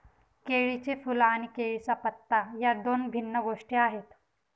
केळीचे फूल आणि केळीचा पत्ता या दोन भिन्न गोष्टी आहेत